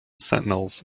sentinels